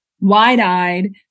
wide-eyed